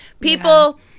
people